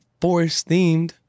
forest-themed